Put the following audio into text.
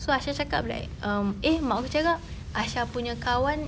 so aisha cakap like um eh mak aku cakap aisha punya kawan